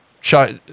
shot